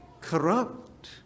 corrupt